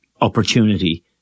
opportunity